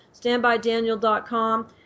StandbyDaniel.com